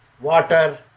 water